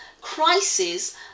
crisis